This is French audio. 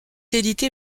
édité